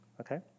Okay